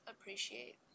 appreciate